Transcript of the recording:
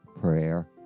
prayer